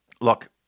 Look